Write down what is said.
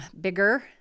bigger